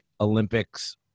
Olympics